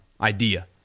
idea